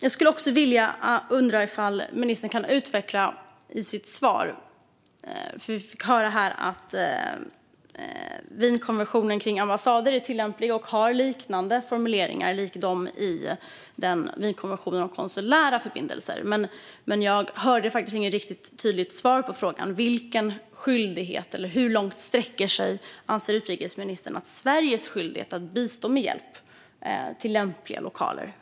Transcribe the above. Jag undrar också om ministern kan utveckla sitt förra svar. Vi fick höra att Wienkonventionen om ambassader är tillämplig och har formuleringar liknande de i Wienkonventionen om konsulära förbindelser. Men jag hörde faktiskt inget tydligt svar på frågan hur långt utrikesministern anser att Sveriges skyldighet sträcker sig att bistå med hjälp att hitta lämpliga lokaler.